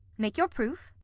make your proof.